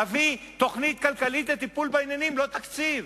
תביא תוכנית כלכלית לטיפול בעניינים, ולא תקציב.